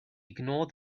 ignore